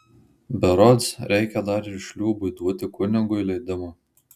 berods reikia dar ir šliūbui duoti kunigui leidimą